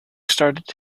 started